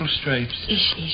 stripes